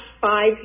five